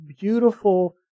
beautiful